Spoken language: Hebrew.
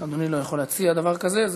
אדוני לא יכול להציע דבר כזה.